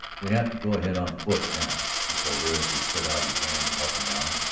we have to go ahead on foot now, he told her as he put out his hand to help her down.